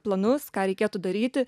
planus ką reikėtų daryti